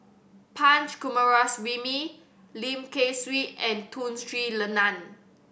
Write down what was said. Punch Coomaraswamy Lim Kay Siu and Tun Sri Lanang